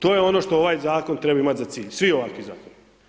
To je ono što ovaj zakon treba imat za cilj, svi ovakvi zakoni.